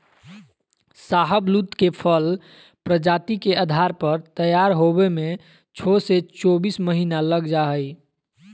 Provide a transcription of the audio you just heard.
शाहबलूत के फल प्रजाति के आधार पर तैयार होवे में छो से चोबीस महीना लग जा हई